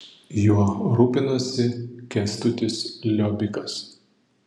juo rūpinosi kęstutis liobikas